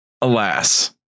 Alas